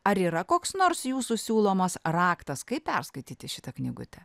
ar yra koks nors jūsų siūlomas raktas kaip perskaityti šitą knygutę